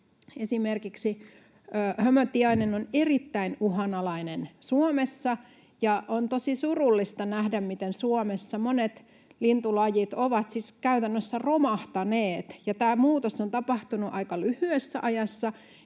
hömötiainen on erittäin uhanalainen Suomessa. On tosi surullista nähdä, miten Suomessa monet lintulajit ovat siis käytännössä romahtaneet. Tämä muutos on tapahtunut aika lyhyessä ajassa,